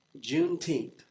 Juneteenth